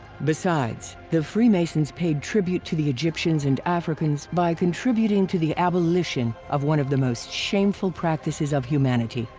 besides, the freemasons paid tribute to the egyptians and africans by contributing to the abolition of one of the most shameful practices of humanity,